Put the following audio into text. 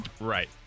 Right